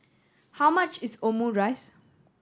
how much is Omurice